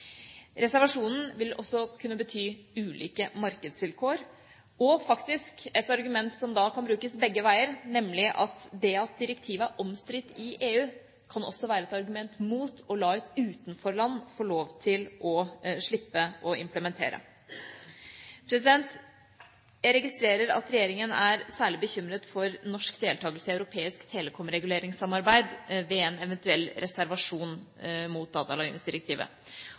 Reservasjonen vil også kunne bety ulike markedsvilkår. Et argument som faktisk kan brukes begge veier, er nemlig at det at direktivet er omstridt i EU kan også kan være et argument mot å la et utenforland få lov til å slippe å implementere. Jeg registrerer at regjeringen er særlig bekymret for norsk deltakelse i europeisk telekomreguleringssamarbeid ved en eventuell reservasjon mot